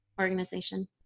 organization